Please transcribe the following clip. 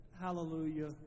hallelujah